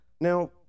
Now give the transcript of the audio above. Now